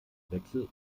wechsel